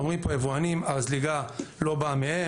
אומרים פה יבואנים - הזליגה לא באה מהם,